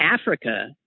Africa